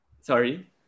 Sorry